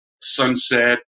sunset